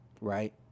right